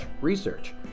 Research